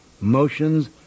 motions